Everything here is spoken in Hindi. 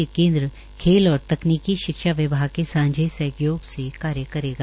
ये केन्द्र खेल और तकनीकी शिक्षा विभाग के सांझे सहयोग से कार्य करेंगा